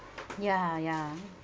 ya ya